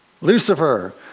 Lucifer